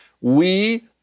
We-